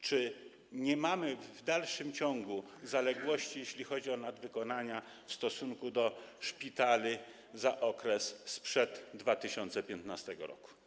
Czy nie mamy w dalszym ciągu zaległości, jeśli chodzi o nadwykonania, w stosunku do szpitali za okres sprzed 2015 r.